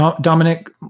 Dominic